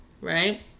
right